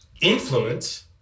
influence